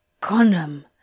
condom